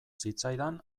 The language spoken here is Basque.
zitzaidan